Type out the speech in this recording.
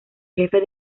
jefe